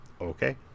Okay